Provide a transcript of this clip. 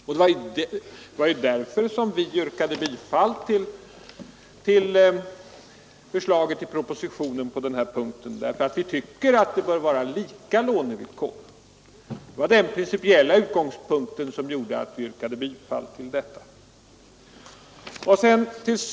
Anledningen till att vi yrkade bifall till förslaget i propositionen på den här punkten var just att vi tycker att lånevillkoren bör vara lika. Det var alltså den principiella utgångspunkten som gjorde att vi yrkade bifall till förslaget i propositionen.